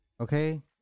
Okay